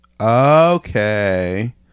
Okay